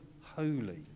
holy